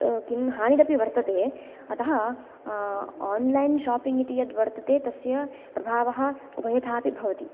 किं हानिरपि वर्तते अतः ओन्लैन् शापिङ्ग् इति यत् वर्तते तस्य प्रभावः उभयथापि भवति